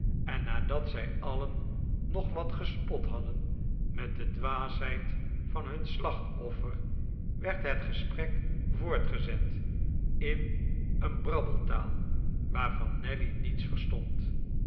en nadat zij alien nog wat gespot hadden met de dwaasheid van hun slachtoffer werd het gesprek voortgezet in eene brabbeltaal waarvan nelly niets verstond